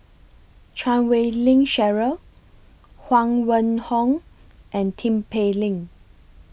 Chan Wei Ling Cheryl Huang Wenhong and Tin Pei Ling